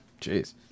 jeez